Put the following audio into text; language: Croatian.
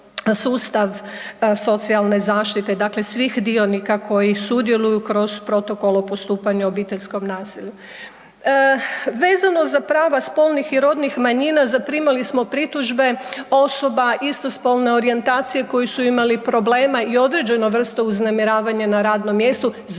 sustav socijalne zaštite, dakle svih dionika koji sudjeluju kroz Protokol o postupanju u obiteljskom nasilju. Vezano za prava spolnih i rodnih manjina zaprimali smo pritužbe osoba istospolne orijentacije koji su imali problema i određenu vrstu uznemiravanja na radnom mjestu zbog svoje